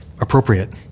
appropriate